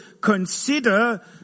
consider